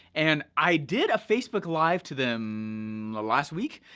and i did a facebook live to them last week.